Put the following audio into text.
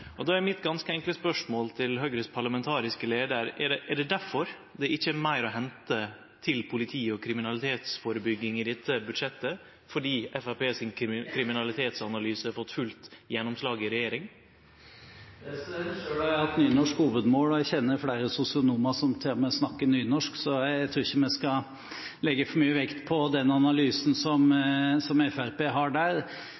er mitt ganske enkle spørsmål til Høgres parlamentariske leiar: Er det difor det ikkje er meir å hente til politi og kriminalitetsførebygging i dette budsjettet – fordi Framstegspartiets kriminalitetsanalyse har fått fullt gjennomslag i regjeringa? Selv har jeg hatt nynorsk hovedmål, og jeg kjenner flere sosionomer som til og med snakker nynorsk, så jeg tror ikke vi skal legge for mye vekt på denne analysen